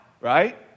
right